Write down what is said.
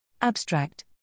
Abstract